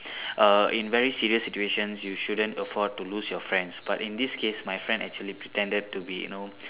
err in very serious situations you shouldn't afford to lose your friends but in this case my friend actually pretended to be you know